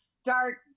start